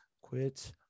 Quit